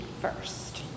first